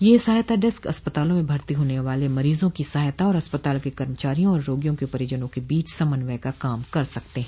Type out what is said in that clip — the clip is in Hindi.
ये सहायता डेस्क अस्पतालों में भर्ती होने वाले मरीजों की सहायता और अस्पताल के कर्मचारियों और रोगियों के परिजनों के बीच समन्वय का काम कर सकते हैं